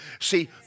See